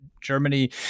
Germany